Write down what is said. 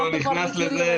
אנחנו כבר מכירים את זה,